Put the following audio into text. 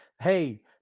hey